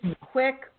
quick